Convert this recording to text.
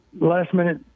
last-minute